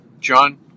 John